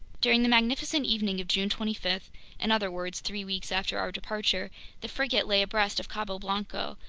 during the magnificent evening of june twenty five in other words, three weeks after our departure the frigate lay abreast of cabo blanco,